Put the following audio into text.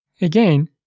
Again